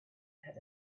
had